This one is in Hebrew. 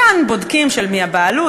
וכאן בודקים של מי הבעלות,